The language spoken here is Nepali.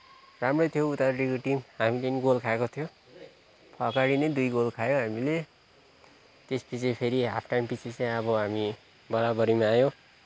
राम्रै थियो उतापट्टिको टिम हामीले पनि गोल खाएको थियो अघाडि नै दुई गोल खायो हामीले त्यसपछि फेरि हाफ टाइम पछि चाहिँ अब हामी बराबरीमा आयौँ